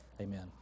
Amen